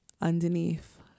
underneath